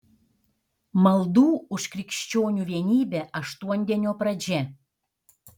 maldų už krikščionių vienybę aštuondienio pradžia